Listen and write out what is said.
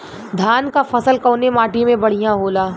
धान क फसल कवने माटी में बढ़ियां होला?